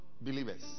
believers